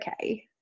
okay